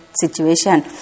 situation